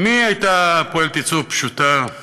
אמי הייתה פועלת ייצור פשוטה,